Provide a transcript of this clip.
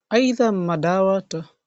Aidha madawa tofauti tofauti...